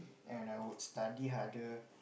and I would study harder